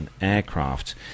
aircraft